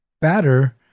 Batter